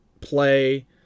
play